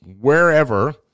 wherever